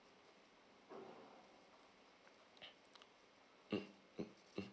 mm mm mm